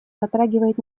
затрагивает